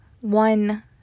one